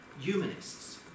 humanists